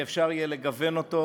שאפשר יהיה לגוון אותו,